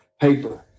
paper